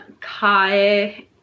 kai